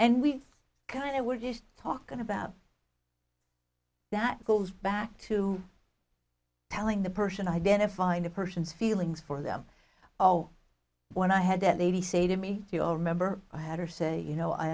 and we kind of were just talking about that goes back to telling the person identifying the person's feelings for them oh when i had that they would say to me you know remember i had her say you know i